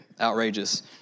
outrageous